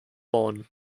bonn